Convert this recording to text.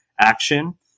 action